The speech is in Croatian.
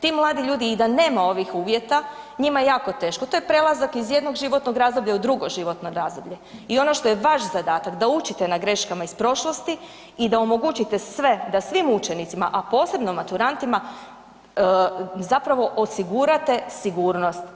Ti mladi ljudi i da nema ovih uvjeta njima je jako teško, to je prelazak iz jednog životno razdoblja u drugo životno razdoblje i ono što je vaš zadatak da učite na greškama iz prošlosti i da omogućite sve da svim učenicima, a posebno maturantima zapravo osigurate sigurnost.